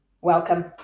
Welcome